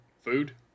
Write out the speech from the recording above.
Food